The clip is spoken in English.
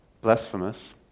blasphemous